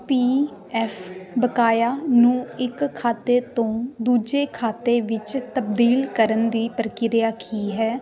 ਪੀ F ਬਕਾਇਆ ਨੂੰ ਇੱਕ ਖਾਤੇ ਤੋਂ ਦੂਜੇ ਖਾਤੇ ਵਿੱਚ ਤਬਦੀਲ ਕਰਨ ਦੀ ਪ੍ਰਕਿਰਿਆ ਕੀ ਹੈ